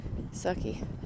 sucky